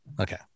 Okay